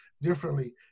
differently